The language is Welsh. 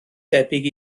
debyg